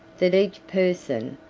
that each person,